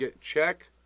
Check